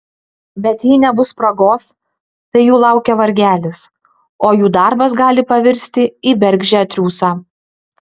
bet jei nebus spragos tai jų laukia vargelis o jų darbas gali pavirsti į bergždžią triūsą